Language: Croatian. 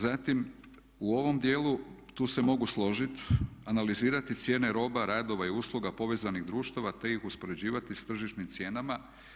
Zatim u ovom dijelu tu se mogu složit, analizirat cijene roba, radova i usluga povezanih društava, te ih uspoređivati s tržišnim cijenama.